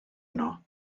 yno